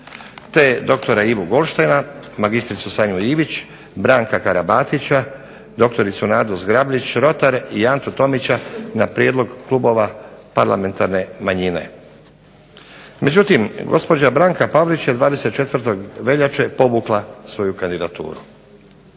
te doktora Ivu Golštajna, magistricu Sanju Ivić, Branka Karabatića, doktoricu Nadu Zgrabljić Rotar i Antu Tomića na prijedlog klubova parlamentarne manjine. Međutim, gospođa Branka Pavlić je 24. veljače povukla svoju kandidaturu.